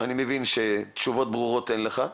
שאני מבין שתשובות ברורות אין לך.